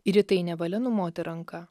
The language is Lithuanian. ir į tai nevalia numoti ranka